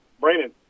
brandon